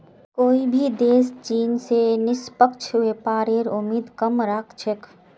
कोई भी देश चीन स निष्पक्ष व्यापारेर उम्मीद कम राख छेक